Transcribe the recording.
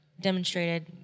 demonstrated